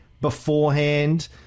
beforehand